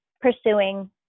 pursuing